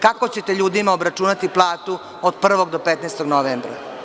Kako ćete ljudima obračunati platu od 1. do 15. novembra?